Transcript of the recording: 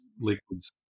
liquids